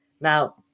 Now